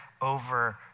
over